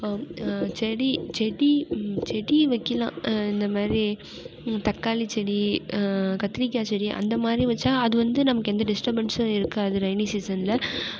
செடி செடி செடி வைக்கலாம் இந்தமாதிரி தக்காளி செடி கத்திரிக்கா செடி அந்தமாதிரி வச்சால் அது வந்து நமக்கு எந்த டிஸ்டபென்ஸ்சும் இருக்காது ரெய்னி சீசனில்